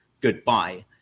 goodbye